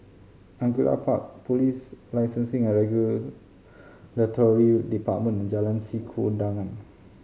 Angullia Park Police Licensing and Regulatory Department and Jalan Sikudangan